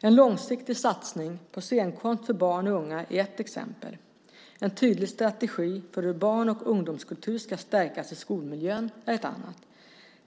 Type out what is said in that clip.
En långsiktig satsning på scenkonst för barn och unga är ett exempel. En tydlig strategi för hur barn och ungdomskultur ska stärkas i skolmiljön är ett annat.